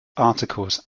articles